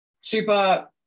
super